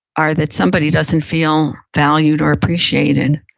are that somebody doesn't feel valued or appreciated.